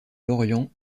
lorient